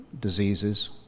diseases